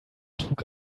trug